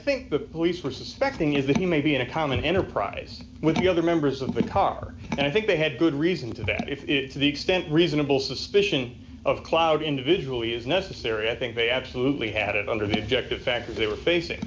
think the police were suspecting is that he may be in a common enterprise with the other members of the car and i think they had good reason to that if it's to the extent reasonable suspicion of cloud individual is necessary i think they absolutely had it under the objective factors they were facing